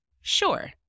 Sure